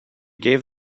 gave